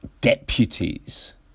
deputies